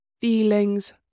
feelings